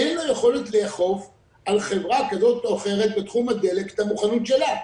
אין לו יכולת לאכוף על חברה כזו או אחרת בתחום הדלק את המוכנות שלה.